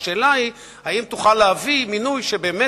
השאלה היא: האם תוכל להביא מינוי שבאמת